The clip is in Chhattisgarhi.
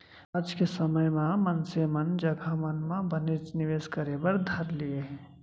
आज के समे म मनसे मन जघा मन म बनेच निवेस करे बर धर लिये हें